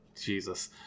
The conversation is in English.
jesus